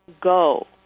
go